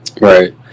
Right